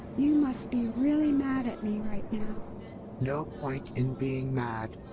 you must be really mad at me right no no point in being mad.